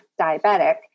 diabetic